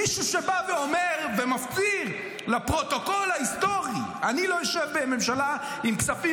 מישהו שבא ואומר ומצהיר לפרוטוקול ההיסטורי: אני לא אשב בממשלה עם כספים